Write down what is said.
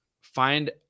find